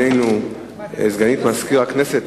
עינינו סגנית מזכיר הכנסת,